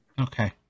Okay